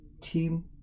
team